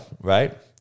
right